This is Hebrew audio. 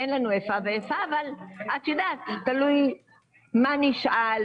אבל תלוי מה נשאל,